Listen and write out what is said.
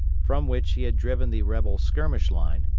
from which he had driven the rebel skirmish line,